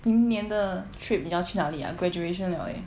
明年的 trip 你要去哪里 ah graduation liao eh